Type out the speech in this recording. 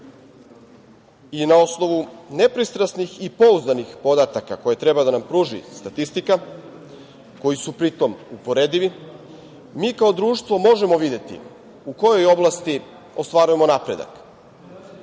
Na osnovu nepristrasnih i pouzdanih podataka koje treba da nam pruži statistika, koji su pritom uporedivi, mi kao društvo možemo videti u kojoj oblasti ostvarujemo napredak,